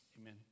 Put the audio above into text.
Amen